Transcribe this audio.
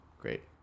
Great